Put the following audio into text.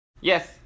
Yes